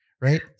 Right